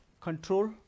control